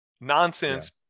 Nonsense